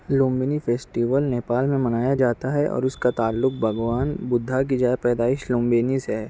Lumbini festival Nepal میں منایا جاتا ہے اور اس کا تعلق بھگوان بدھا گرجا پیدائش لمبنی سے ہے